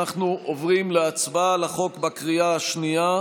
אנחנו עוברים להצבעה על החוק בקריאה השנייה.